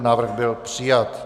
Návrh byl přijat.